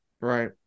Right